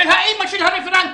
של האימא של הרפרנטית,